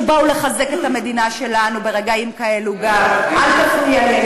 שבאו לחזק את המדינה שלנו ברגעים כאלה גם ------ אל תפריע לי.